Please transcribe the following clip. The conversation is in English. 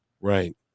Right